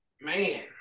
man